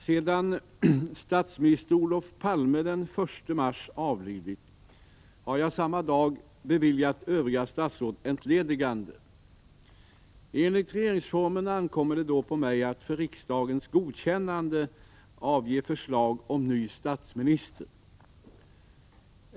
Sedan statsminister Olof Palme den 1 mars avlidit har jag samma dag beviljat övriga statsråd entledigande. Enligt regeringsformen ankommer det på mig att för riksdagens godkännande avgiva förslag om ny statsminister.